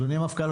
אדוני המפכ"ל,